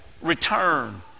return